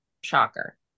Shocker